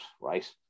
right